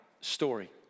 story